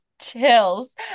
chills